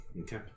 Okay